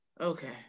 Okay